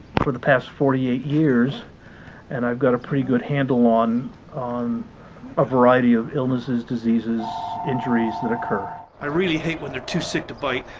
the past forty eight years and i've got a pretty good handle on on a variety of illnesses, diseases, injuries that occur i really hate when they're too sick to bite.